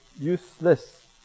useless